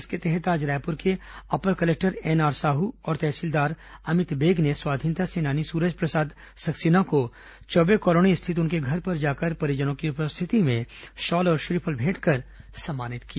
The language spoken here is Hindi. इसके तहत आज रायपुर के अपर कलेक्टर एनआर साहू और तहसीलदार अमित बेग ने स्वाधीनता सेनानी सूरज प्रसाद सक्सेना को चौबे कॉलोनी स्थित उनके घर पर जाकर परिजनों की उपस्थिति में शॉल और श्रीफल भेंट कर सम्मानित किया